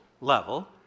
level